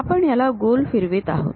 आपण याला गोल फिरवत आहोत